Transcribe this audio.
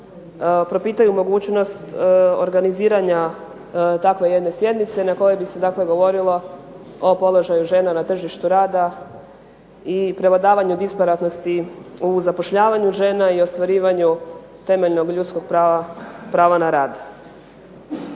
propitaju mogućnost organiziranja takve jedne sjednice na kojoj bi se dakle govorilo o položaju žena na tržištu rada i prevladavanju …/Govornica se ne razumije./… u zapošljavanju žena i ostvarivanju temeljnog ljudskog prava, prava